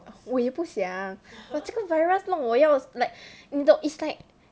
我也不想 but 这个 virus 弄我要 like 你懂 it's like